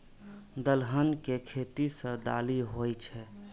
दलहन के खेती सं दालि होइ छै